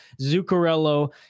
Zuccarello